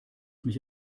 mich